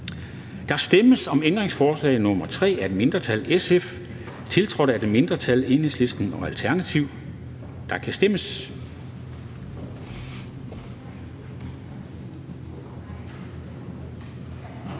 Der stemmes om ændringsforslag nr. 3 af et mindretal (SF), tiltrådt af et mindretal (EL og ALT). Der kan stemmes.